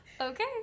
Okay